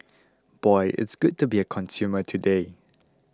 boy it's good to be a consumer today